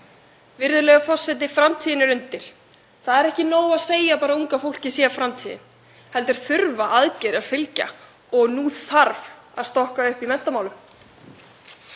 Virðulegur forseti. Framtíðin er undir. Það er ekki nóg að segja bara að unga fólkið sé framtíðin heldur þurfa aðgerðir að fylgja. Nú þarf að stokka upp í menntamálum.